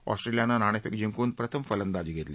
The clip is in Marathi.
ऑस्ट्रेलियानं नाणेफेक जिंकून प्रथम फलंदाजली घेतली